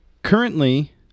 Currently